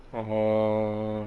orh hor